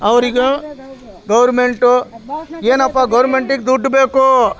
ಅವರಿಗೂ ಗೌರ್ಮೆಂಟು ಏನಪ್ಪ ಗೌರ್ಮೆಂಟಿಗೆ ದುಡ್ಡು ಬೇಕು